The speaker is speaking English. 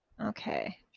Okay